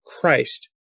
Christ